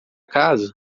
casa